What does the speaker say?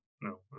No